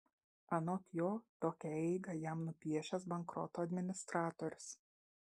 anot jo tokią eigą jam nupiešęs bankroto administratorius